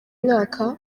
mwaka